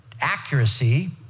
accuracy